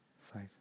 five